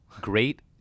great